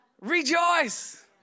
Rejoice